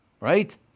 Right